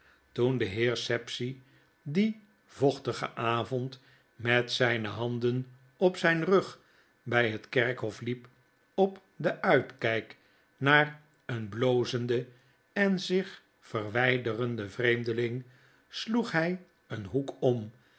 toen de heer sapsea dien vochtigen avond met zyne handen op zijn rug by het kerkhof liep op den uitkyk naar een blozenden en zich verwijderenden vreemdeling sloeghy een taoek om